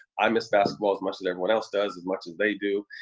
i miss basketball as much as everyone else does, as much as they do,